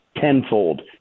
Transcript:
tenfold